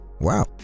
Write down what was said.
Wow